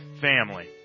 Family